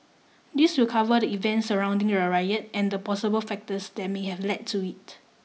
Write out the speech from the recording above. this will cover the events surrounding the riot and the possible factors that may have led to it